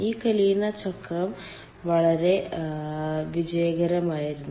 ഈ കലിന ചക്രം വളരെ വിജയകരമായിരുന്നു